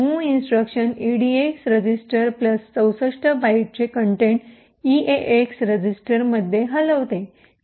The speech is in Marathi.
मुव्ह इन्स्ट्रक्शन इडीएक्स रजिस्टर 64 बाइटचे कंटेंट ईएएक्स रजिस्टरमध्ये हलवते